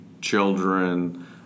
children